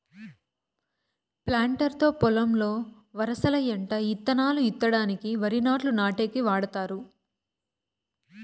planter తో పొలంలో వరసల ఎంట ఇత్తనాలు ఇత్తడానికి, వరి నాట్లు నాటేకి వాడతారు